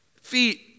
feet